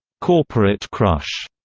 corporate crush,